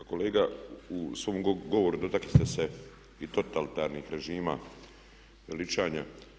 Pa kolega u svom govoru dotakli ste se i totalitarnih režima, veličanja.